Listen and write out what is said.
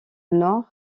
nord